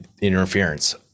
interference